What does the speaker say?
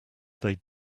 that